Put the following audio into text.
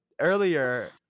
earlier